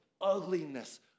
ugliness